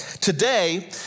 Today